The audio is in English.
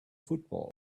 football